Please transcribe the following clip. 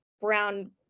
brown